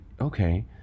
okay